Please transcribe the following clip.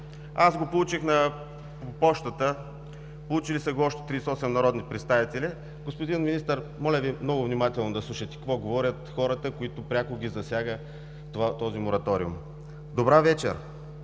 Получих го по пощата, получили са го още 38 народни представители. Господин Министър, моля Ви много внимателно да слушате какво говорят хората, които пряко ги засяга този мораториум: „Добра вечер!